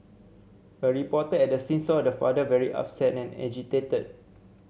a reporter at the scene saw the father very upset and agitated